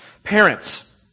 Parents